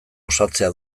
osatzea